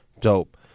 Dope